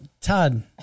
Todd